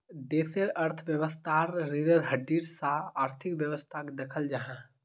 देशेर अर्थवैवास्थार रिढ़ेर हड्डीर सा आर्थिक वैवास्थाक दख़ल जाहा